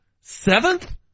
Seventh